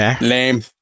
Lame